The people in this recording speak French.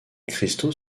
cristaux